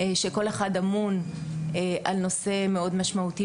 כשכל אחד אמון על נושא מאוד משמעותי